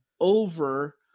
over